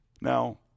Now